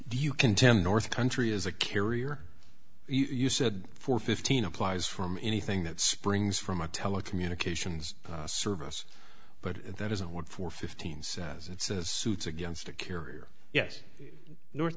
do you contend north country is a carrier you said for fifteen applies from anything that springs from a telecommunications service but that isn't what for fifteen says it's a suit against a carrier yes north